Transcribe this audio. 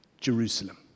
Jerusalem